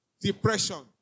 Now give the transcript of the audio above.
depression